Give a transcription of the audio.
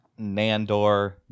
Nandor